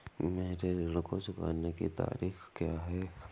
मेरे ऋण को चुकाने की तारीख़ क्या है?